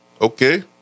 okay